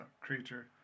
creature